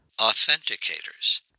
authenticators